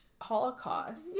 holocaust